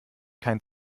kein